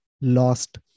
lost